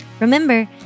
Remember